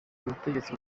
ubutegetsi